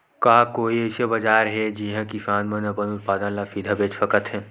का कोई अइसे बाजार हे जिहां किसान मन अपन उत्पादन ला सीधा बेच सकथे?